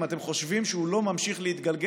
אם אתם חושבים שהוא לא ממשיך להתגלגל,